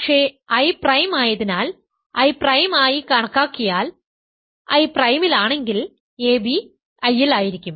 പക്ഷേ I prime ആയതിനാൽ I prime ആയി കണക്കാക്കിയാൽ I പ്രൈമിലാണെങ്കിൽ ab I ൽ ആയിരിക്കും